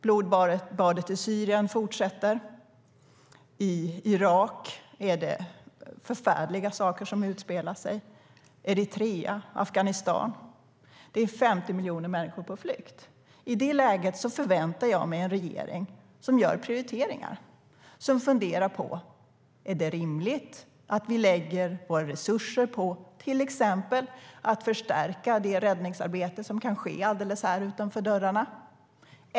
Blodbadet i Syrien fortsätter. I Irak utspelar sig förfärliga saker. Det är Eritrea och Afghanistan. 50 miljoner människor är på flykt.I det läget förväntar jag mig att regeringen gör prioriteringar och funderar på om det är rimligt att vi lägger våra resurser på att till exempel förstärka det räddningsarbete som kan ske alldeles här utanför dörrarna.